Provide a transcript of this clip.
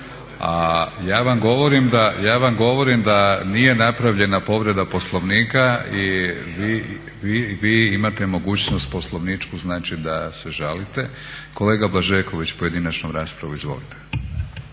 ja vam govorim da nije napravljena povreda Poslovnika i vi imate mogućnost poslovničku znači da se žalite. Kolega Blažeković, pojedinačna rasprava. Izvolite.